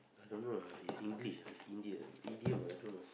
I don't know ah is English ah India idiom ah I don't know